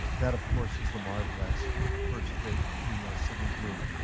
that, of course, was the marvelettes who were the first great female singing group.